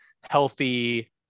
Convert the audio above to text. healthy